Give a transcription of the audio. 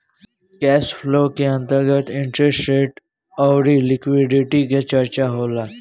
cash flow के अंतर्गत interest rate अउरी लिक्विडिटी के चरचा होला